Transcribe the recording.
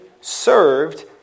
served